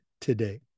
today